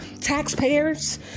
taxpayers